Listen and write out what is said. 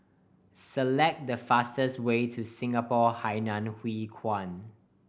select the fastest way to Singapore Hainan Hwee Kuan